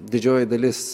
didžioji dalis